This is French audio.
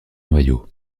noyau